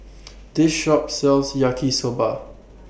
This Shop sells Yaki Soba